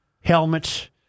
helmets